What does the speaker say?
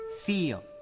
feel